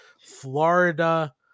Florida